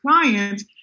clients